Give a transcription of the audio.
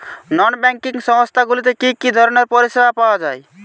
নন banking সংস্থা গুলিতে কি কি ধরনের পরিসেবা পাওয়া য়ায়?